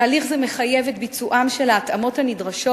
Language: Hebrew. תהליך זה מחייב את ביצוען של ההתאמות הנדרשות